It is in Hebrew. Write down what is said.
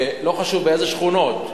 לא חשוב באיזה שכונות,